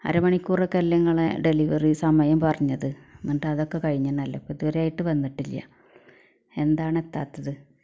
അര മണിക്കൂറൊക്കെ അല്ലെ ഇങ്ങളെ ഡെലിവറി സമയം പറഞ്ഞത് എന്നിട്ടതക്കെ കഴിഞ്ഞല്ലൊ ഇപ്പൊ ഇതുവരായിട്ട് വന്നിട്ടില്ല എന്താണെത്താത്തത്